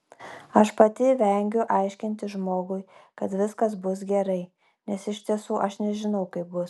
aš pati vengiu aiškinti žmogui kad viskas bus gerai nes iš tiesų aš nežinau kaip bus